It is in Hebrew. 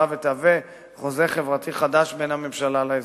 ותהווה חוזה חברתי חדש בין הממשלה לאזרח.